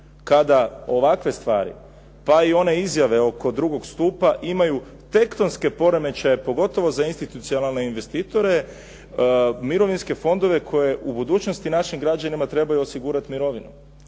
kada ovakve stvari, pa i one izjave oko II. stupa imaju tektonske poremećaje, pogotovo za institucionalne investitore mirovinske fondove koje u budućnosti našim građanima trebaju osigurati mirovinu